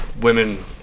women